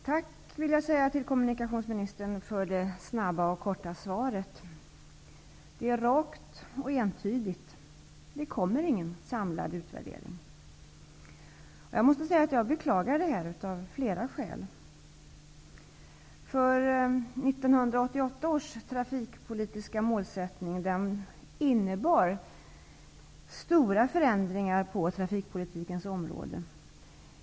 Fru talman! Jag tackar kommunikationsministern för det snabba och korta svaret. Det är rakt och entydigt, dvs. det kommer ingen samlad utvärdering. Jag beklagar av flera skäl detta. 1988 års trafikpolitiska mål innebar stora förändringar på trafikpolitikens område.